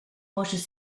roches